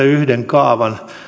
yhden kaavan